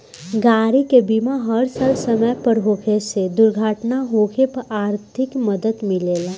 गाड़ी के बीमा हर साल समय पर होखे से दुर्घटना होखे पर आर्थिक मदद मिलेला